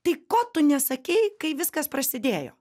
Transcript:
tai ko tu nesakei kai viskas prasidėjo